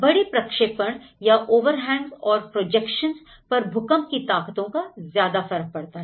बड़े प्रक्षेपण या ओवरहैंगस और प्रोजेक्शंस पर भूकंप की ताकतों का ज्यादा फर्क पड़ता है